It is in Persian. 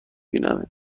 بینمت